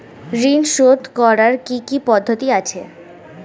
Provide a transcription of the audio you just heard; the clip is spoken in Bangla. ঋন শোধ করার কি কি পদ্ধতি আছে?